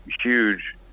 huge